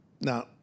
Now